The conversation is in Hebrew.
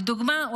לדוגמה,